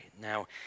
now